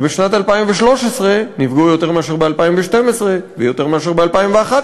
ובשנת 2013 נפגעו יותר מאשר ב-2012 ויותר מאשר ב-2011,